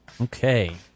Okay